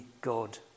God